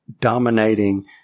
dominating